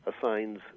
assigns